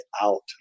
out